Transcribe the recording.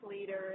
leaders